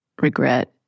regret